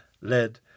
led